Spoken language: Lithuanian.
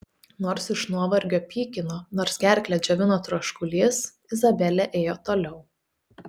nors iš nuovargio pykino nors gerklę džiovino troškulys izabelė ėjo toliau